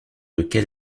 lequel